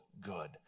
good